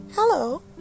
Hello